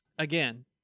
Again